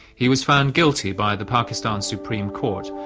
he was found guilty by the pakistan supreme court,